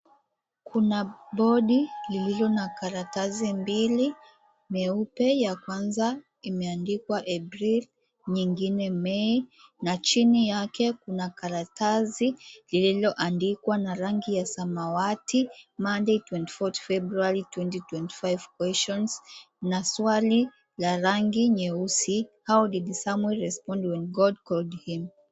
Kuna bodi lililo na karatasi mbili nyeupe ya kwanza imeandikwa April nyingine May , na chini yake kuna karatasi lililoandikwa na rangi ya samawati, Monday 24 February 2025 questions , na swali la rangi nyeusi, How did Samuel respond when God called him ?